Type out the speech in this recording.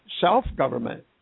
self-government